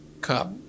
cup